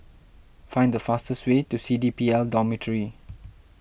find the fastest way to C D P L Dormitory